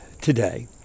today